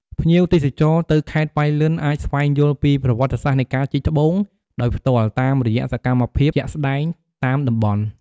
ភ្ញៀវទេសចរទៅខេត្តប៉ៃលិនអាចស្វែងយល់ពីប្រវត្តិសាស្រ្តនៃការជីកត្បូង ដោយផ្ទាល់តាមរយៈសម្មភាពជាក់ស្តែងតាមតំបន់។